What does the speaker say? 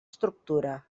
estructura